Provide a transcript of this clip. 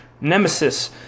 nemesis